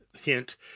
hint